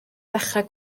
ddechrau